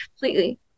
completely